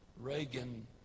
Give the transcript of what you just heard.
Reagan